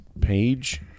page